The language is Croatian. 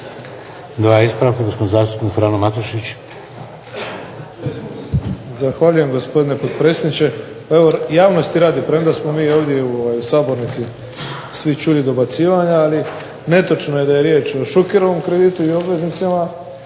Dva ispravka. Gospodin zastupnik Frano Matušić. **Matušić, Frano (HDZ)** Zahvaljujem, gospodine potpredsjedniče. Evo javnosti radi, premda smo mi ovdje u sabornici svi čuli dobacivanja, ali netočno je da je riječ o Šukerovom kreditu i obveznicama